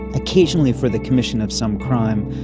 occasionally for the commission of some crime,